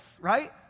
Right